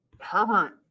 herbert